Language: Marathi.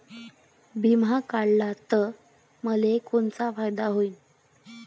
बिमा काढला त मले कोनचा फायदा होईन?